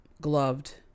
gloved